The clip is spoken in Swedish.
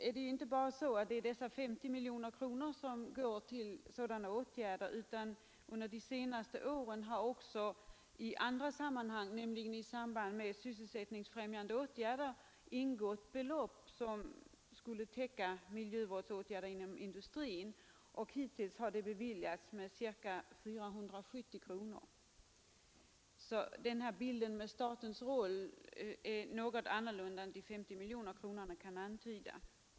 Det är nu inte bara dessa 50 miljoner kronor som går till sådana åtgärder, utan under de senaste åren har också i andra sammanhang — nämligen i samband med sysselsättningsfrämjande åtgärder — ingått belopp som skulle täcka miljövårdande åtgärder. Hittills har sådana bidrag beviljats med ca 470 miljoner kronor. Bilden av statens roll är alltså något annorlunda än de 50 miljonerna kan antyda.